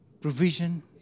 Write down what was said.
provision